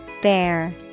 Bear